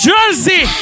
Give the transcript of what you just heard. Jersey